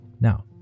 Now